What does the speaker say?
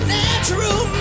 natural